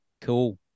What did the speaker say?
Cool